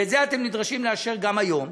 ואת זה אתם נדרשים לאשר גם היום,